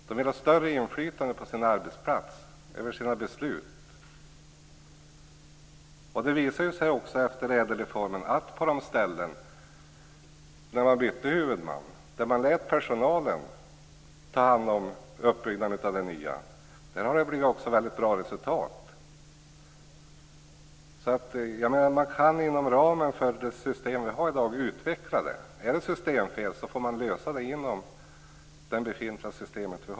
De vill ha större inflytande på sin arbetsplats, över sina beslut. Det visade sig också efter ädelreformen att på de ställen där man bytte huvudman, där man lät personalen ta hand om det nya har det blivit bra resultat. Man kan inom ramen för det system vi har i dag utveckla det. Är det systemfel får man lösa det inom det befintliga systemet.